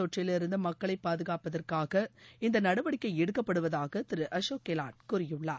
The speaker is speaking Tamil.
தொற்றிலிருந்து மக்களை பாதுகாப்பதற்காக இந்த நடவடிக்கை எடுக்கப்படுவதாக திரு அசோக் கெலாட் கூறியுள்ளார்